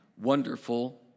Wonderful